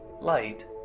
light